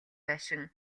байшин